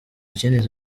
kindi